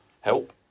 help